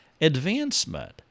advancement